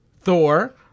Thor